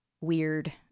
weird